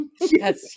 Yes